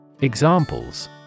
Examples